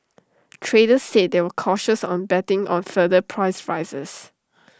traders said they were cautious on betting on further price rises